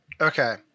Okay